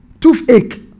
Toothache